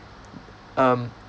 um